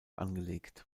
angelegt